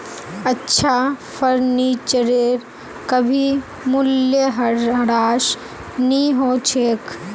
अच्छा फर्नीचरेर कभी मूल्यह्रास नी हो छेक